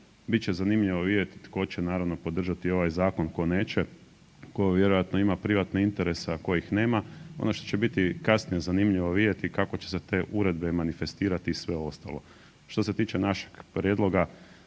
će zanimljivo vidjet tko će naravno podržati ovaj zakon, tko neće, tko vjerojatno ima privatne interese, a tko ih nema. Ono što će biti kasnije zanimljivo vidjeti kako će se te uredbe manifestirati i sve ostalo. Što se tiče našeg prijedloga,